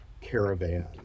caravan